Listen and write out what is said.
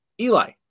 Eli